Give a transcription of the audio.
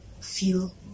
feel